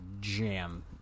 jam